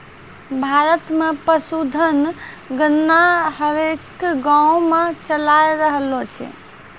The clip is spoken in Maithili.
भारत मे पशुधन गणना हरेक गाँवो मे चालाय रहलो छै